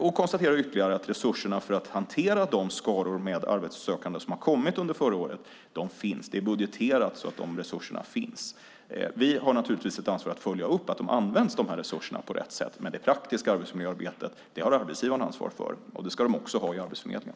Jag konstaterar ytterligare att resurserna för att hantera de skaror av arbetssökande som har kommit under förra året finns. Det är budgeterat så att de resurserna finns. Vi har naturligtvis ett ansvar att följa upp att resurserna används på rätt sätt. Men det praktiska arbetsmiljöarbetet har arbetsgivaren ansvar för. Det ska den också ha vid Arbetsförmedlingen.